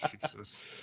Jesus